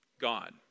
God